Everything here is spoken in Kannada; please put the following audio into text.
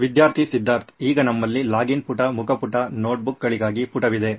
ವಿದ್ಯಾರ್ಥಿ ಸಿದ್ಧರ್ಥ್ ಈಗ ನಮ್ಮಲ್ಲಿ ಲಾಗಿನ್ ಪುಟ ಮುಖಪುಟ ನೋಟ್ ಬುಕ್ಗಳಿಗಾಗಿ ಪುಟವಿದೆ